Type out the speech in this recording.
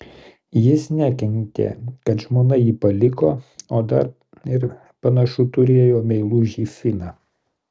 jis nekentė kad žmona jį paliko o dar ir panašu turėjo meilužį finą